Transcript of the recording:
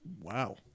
Wow